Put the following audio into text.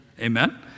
Amen